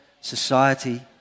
society